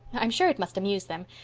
i'm sure it must amuse them.